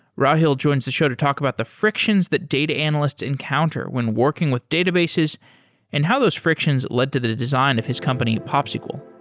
rahil joins the show to talk about the frictions that data analysts encounter when working with databases and how those frictions led to the design of his company, popsql.